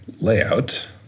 layout